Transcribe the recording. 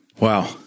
Wow